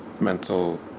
mental